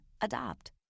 Adopt